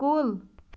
کُل